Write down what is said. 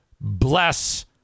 bless